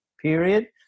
period